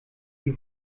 die